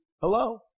Hello